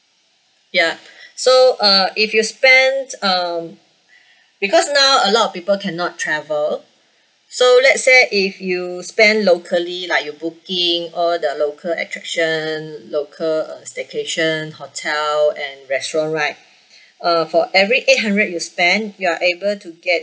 ya so uh if you spend um because now a lot of people cannot travel so let's say if you spend locally like you booking all the local attraction local uh staycation hotel and restaurant right uh for every eight hundred you spend you are able to get